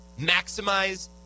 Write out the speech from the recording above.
Maximize